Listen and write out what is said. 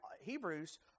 Hebrews